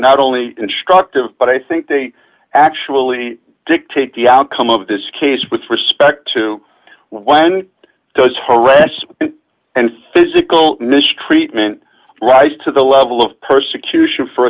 not only instructive but i think they actually dictate the outcome of this case with respect to when does her arrest and physical mistreatment rise to the level of persecution for